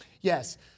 yes